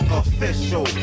official